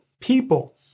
people